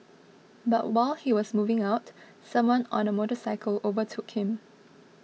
but while he was moving out someone on a motorcycle overtook him